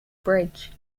bridge